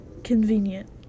Convenient